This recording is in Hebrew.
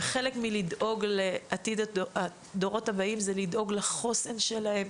וחלק מלדאוג לעתיד הדורות הבאים זה לדאוג לחוסן שלהם.